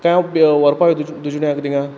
काय व्हरपा येवं तूज तूज फुड्या थिंगां